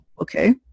okay